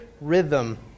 rhythm